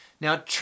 Now